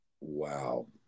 Wow